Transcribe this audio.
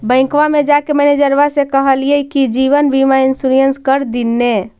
बैंकवा मे जाके मैनेजरवा के कहलिऐ कि जिवनबिमा इंश्योरेंस कर दिन ने?